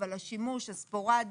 אבל השימוש הספורדי,